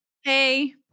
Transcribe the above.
Hey